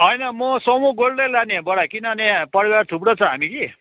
होइन म सोमो गोल्ड नै लाने बडा किनभने परिवार थुप्रो छ हामी कि